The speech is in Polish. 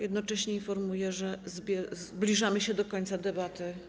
Jednocześnie informuję, że niestety zbliżamy się do końca debaty.